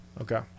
Okay